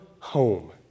home